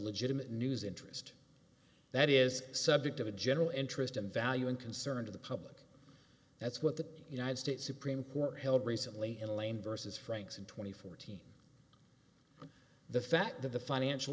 legitimate news interest that is subject of a general interest and value and concern to the public that's what the united states supreme court held recently in elaine versus franks in twenty fourteen the fact that the financial